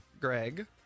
Greg